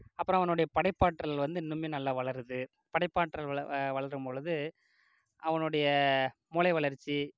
அப்புறம் அவனுடைய படைப்பாற்றல் வந்து இன்னுமே நல்லா வளருது படைப்பாற்றல் வள வளரும்பொழுது அவனோடைய மூளை வளர்ச்சி